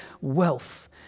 wealth